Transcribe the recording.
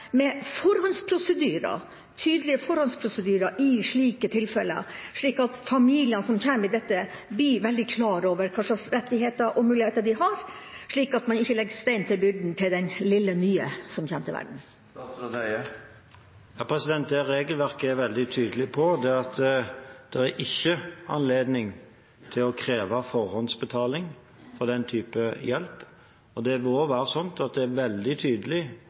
med tydelige forhåndsprosedyrer i slike tilfeller, slik at de familiene som kommer opp i dette, er klar over hva slags rettigheter og muligheter de har, så man ikke legger stein til byrden til den lille nye som kommer til verden? Det regelverket er veldig tydelig på, er at det ikke er anledning til å kreve forhåndsbetaling for den type hjelp. Det bør også være slik at det er veldig tydelig